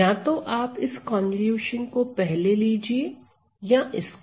या तो आप इस कन्वॉल्यूशन को पहले लीजिए या इसको